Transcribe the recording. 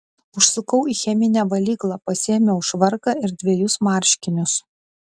užsukau į cheminę valyklą pasiėmiau švarką ir dvejus marškinius